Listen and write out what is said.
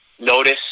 notice